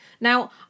Now